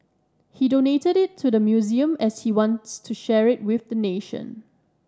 he donated it to the museum as he wants to share it with the nation